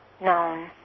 known